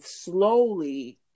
slowly